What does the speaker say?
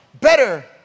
better